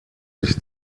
sich